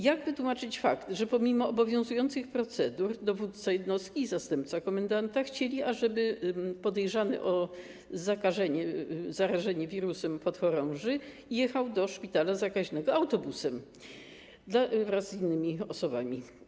Jak wytłumaczyć fakt, że pomimo obowiązujących procedur dowódca jednostki i zastępca komendanta chcieli, ażeby podejrzany o zakażenie, o zarażenie wirusem podchorąży jechał do szpitala zakaźnego autobusem wraz z innymi osobami?